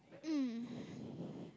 mm